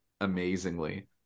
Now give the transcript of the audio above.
amazingly